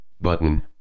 Button